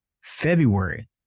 February